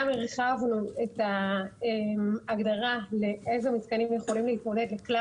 גם הרחבנו את ההגדרה אילו מתקנים יכולים להתמודד לכלל